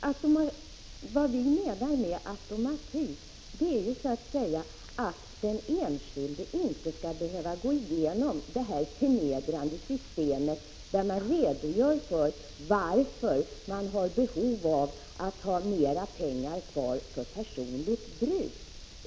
Vad vi menar med automatik är att den enskilde inte skall behöva gå igenom det förnedrande systemet där han får redogöra för varför han har behov av att ha mer pengar kvar för personligt bruk.